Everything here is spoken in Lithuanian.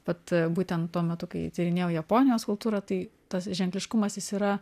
vat būtent tuo metu kai tyrinėjau japonijos kultūrą tai tas ženkliškumas jis yra